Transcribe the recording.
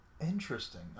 Interesting